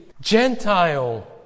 Gentile